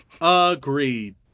Agreed